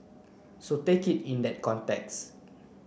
so take it in that context